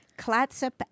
Clatsop